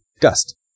Dust